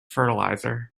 fertilizer